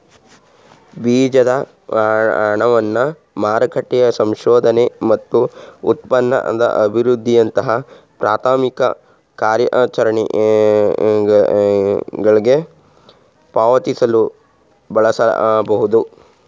ಬೀಜದ ಹಣವನ್ನ ಮಾರುಕಟ್ಟೆ ಸಂಶೋಧನೆ ಮತ್ತು ಉತ್ಪನ್ನ ಅಭಿವೃದ್ಧಿಯಂತಹ ಪ್ರಾಥಮಿಕ ಕಾರ್ಯಾಚರಣೆಗಳ್ಗೆ ಪಾವತಿಸಲು ಬಳಸಬಹುದು